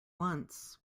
once